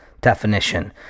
definition